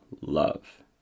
love